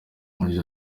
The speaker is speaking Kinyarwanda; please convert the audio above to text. yagize